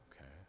Okay